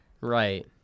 right